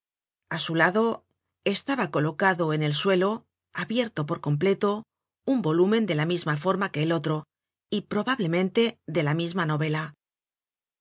a su lado estaba colocado en el suelo abierto por completo un volumen de la misma forma que el otro y probablemente de la misma novela